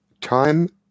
Time